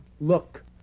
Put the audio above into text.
Look